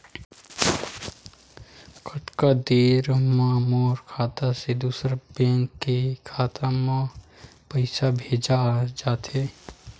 कतका देर मा मोर खाता से दूसरा बैंक के खाता मा पईसा भेजा जाथे?